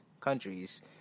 countries